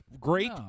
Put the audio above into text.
great